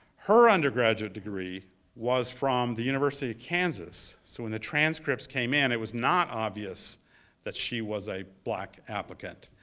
her undergraduate degree was from the university of kansas. so when the transcripts came in, it was not obvious that she was a black applicant.